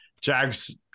Jags